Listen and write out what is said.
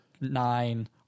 nine